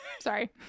Sorry